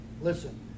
Listen